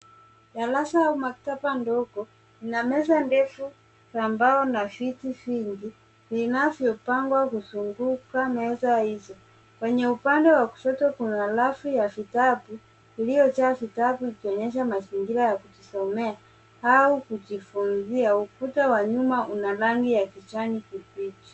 Darasa au maktaba ndogo na meza ndefu la mbao na viti vingi vinavyo pangwa kuzunguka meza hizo kwenye upande wa kushoto kuna rafu ya vitabu iliyo jaa vitabu ikionyesha mazingira ya kusomea au kujifunzia. Ukuta wa nyuma una rangi ya kijani kibichi.